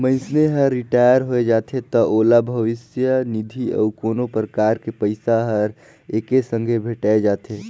मइनसे हर रिटायर होय जाथे त ओला भविस्य निधि अउ कोनो परकार के पइसा हर एके संघे भेंठाय जाथे